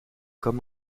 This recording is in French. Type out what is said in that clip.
comme